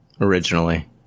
originally